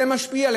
זה משפיע.